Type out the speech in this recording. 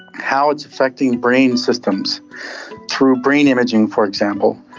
how it's affecting brain systems through brain imaging, for example.